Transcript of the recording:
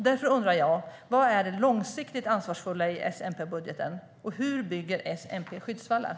Därför undrar jag: Vad är det långsiktigt ansvarsfulla i S-MP-budgeten? Och hur bygger S-MP skyddsvallar?